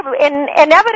inevitably